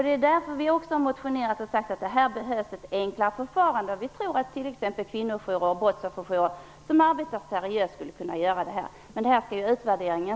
Det är därför som vi har motionerat om ett enklare förfarande. Vi tror att seriöst arbetande kvinnojourer och brottsofferjourer skulle kunna ta hand om detta. Men detta ses över av utvärderingen.